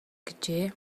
гэжээ